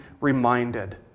reminded